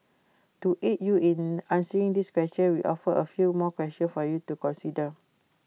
to aid you in answering this question we offer A few more question for you to consider